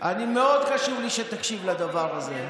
מאוד חשוב לי שתקשיב לדבר הזה.